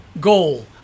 goal